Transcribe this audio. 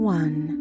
one